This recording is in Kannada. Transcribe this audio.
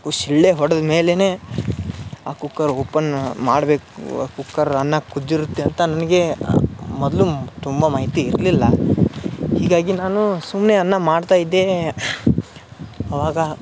ಕು ಶಿಳ್ಳೆ ಹೊಡೆದ ಮೇಲೆ ಆ ಕುಕ್ಕರ್ ಓಪನ್ ಮಾಡಬೇಕು ಕುಕ್ಕರ್ ಅನ್ನ ಕುದ್ದಿರುತ್ತೆ ಅಂತ ನನಗೆ ಮೊದಲು ತುಂಬ ಮಾಹಿತಿ ಇರಲಿಲ್ಲ ಹೀಗಾಗಿ ನಾನು ಸುಮ್ಮನೆ ಅನ್ನ ಮಾಡ್ತಾ ಇದ್ದೆ ಅವಾಗ